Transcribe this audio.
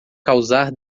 causar